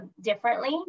differently